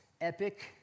epic